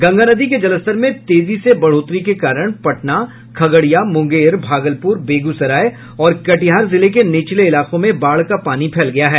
गंगा नदी के जलस्तर में तेजी से बढ़ोतरी के कारण पटना खगड़िया मुंगेर भागलपुर बेगूसराय और कटिहार जिले के निचले इलाकों में बाढ़ का पानी फैल गया है